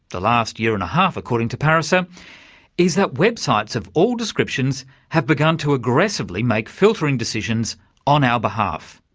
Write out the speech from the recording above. the last year and a half, according to pariser, is that websites of all descriptions have begun to aggressively make filtering decisions on our behalf.